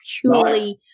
purely